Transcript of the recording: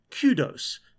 kudos